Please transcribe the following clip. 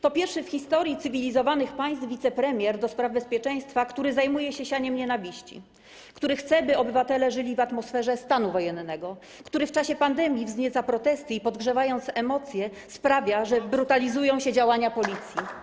To pierwszy w historii cywilizowanych państw wicepremier do spraw bezpieczeństwa, który zajmuje się sianiem nienawiści, który chce, by obywatele żyli w atmosferze stanu wojennego, który w czasie pandemii wznieca protesty i, podgrzewając emocje, sprawia, że brutalizują się działania Policji.